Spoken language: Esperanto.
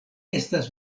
estas